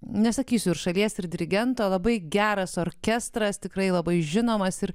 nesakysiu ir šalies ir dirigentą labai geras orkestras tikrai labai žinomas ir